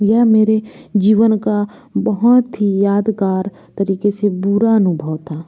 यह मेरे जीवन का बहुत ही यादगार तरीके से बुरा अनुभव था